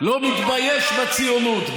לא מתבייש בציונות,